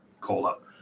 call-up